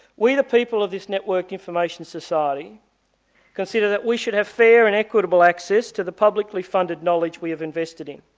way. we the people of this network information society consider that we should have fair and equitable access to the publicly funded knowledge we have invested in.